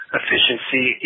efficiency